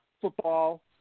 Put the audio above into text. football